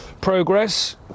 progress